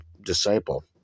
disciple